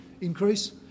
increase